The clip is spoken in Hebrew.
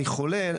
אני חולה,